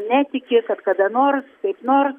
netiki kad kada nors kaip nor